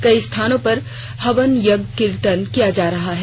कई स्थानों पर हवन यज्ञ कीर्तन किए जा रहे हैं